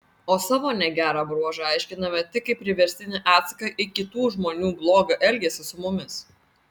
o savo negerą bruožą aiškiname tik kaip priverstinį atsaką į kitų žmonių blogą elgesį su mumis